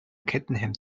kettenhemd